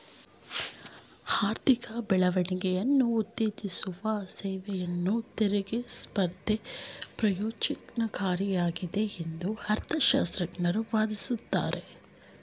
ಆರ್ಥಿಕ ಬೆಳವಣಿಗೆಯನ್ನ ಉತ್ತೇಜಿಸುವ ಸೇವೆಯನ್ನ ತೆರಿಗೆ ಸ್ಪರ್ಧೆ ಪ್ರಯೋಜ್ನಕಾರಿಯಾಗಿದೆ ಎಂದು ಅರ್ಥಶಾಸ್ತ್ರಜ್ಞರು ವಾದಿಸುತ್ತಾರೆ